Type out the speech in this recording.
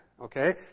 Okay